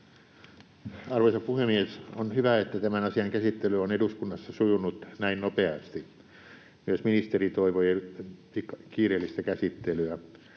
Arvoisa puhemies! On hyvä, että tämän asian käsittely on eduskunnassa sujunut näin nopeasti. Myös ministeri toivoi kiireellistä käsittelyä.